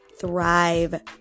thrive